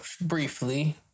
briefly